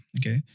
okay